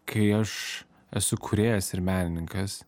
kai aš esu kūrėjas ir menininkas